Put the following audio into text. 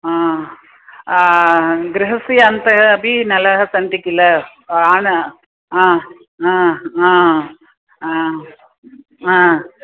आ गृहस्य अन्तः अपि नलः सन्ति किल आन ह ह ह ह ह